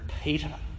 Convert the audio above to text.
Peter